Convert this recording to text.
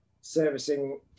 servicing